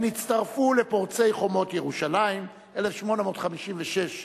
הן הצטרפו לפורצי חומות ירושלים, 1856,